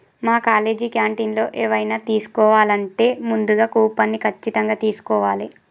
మా కాలేజీ క్యాంటీన్లో ఎవైనా తీసుకోవాలంటే ముందుగా కూపన్ని ఖచ్చితంగా తీస్కోవాలే